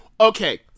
Okay